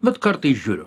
bet kartais žiūriu